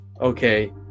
okay